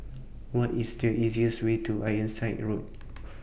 What IS The easiest Way to Ironside Road